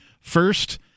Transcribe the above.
First